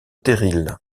terrils